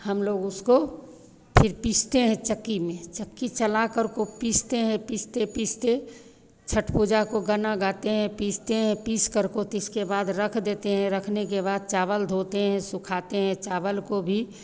हमलोग उसको फिर पीसते हैं चक्की में चक्की चला करको पीसते हैं पीसते पीसते छठ पूजा का गाना गाते हैं पीसते हैं पीस करको तिसके बाद रख देते हैं रखने के बाद चावल धोते हैं सुखाते हैं चावल को भी